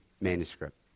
manuscript